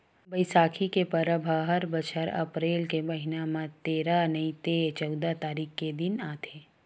बइसाखी के परब ह हर बछर अपरेल के महिना म तेरा नइ ते चउदा तारीख के दिन आथे